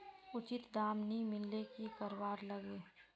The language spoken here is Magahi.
उचित दाम नि मिलले की करवार लगे?